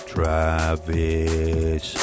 Travis